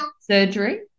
surgery